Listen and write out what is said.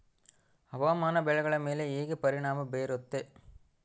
ಹವಾಮಾನ ಬೆಳೆಗಳ ಮೇಲೆ ಹೇಗೆ ಪರಿಣಾಮ ಬೇರುತ್ತೆ?